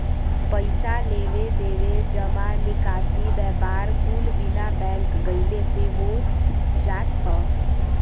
पइसा लेवे देवे, जमा निकासी, व्यापार कुल बिना बैंक गइले से हो जात हौ